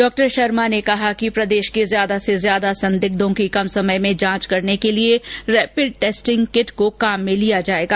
उन्होंने कहा कि प्रदेश के ज्यादा से ज्यादा संदिग्धों की कम समय में जांच करने के लिए रैपिड टेस्टिंग किट को काम में लिया जाएगा